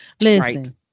Listen